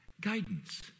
guidance